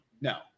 No